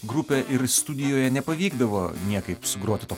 grupė ir studijoje nepavykdavo niekaip sugroti to